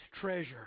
treasure